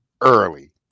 early